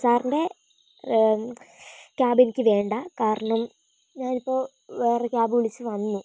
സാറിൻ്റെ ക്യാബെനിക്കുവേണ്ട കാരണം ഞാനിപ്പം വേറൊരു ക്യാബ് വിളിച്ച് വന്നു